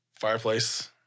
Fireplace